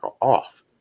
off